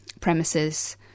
premises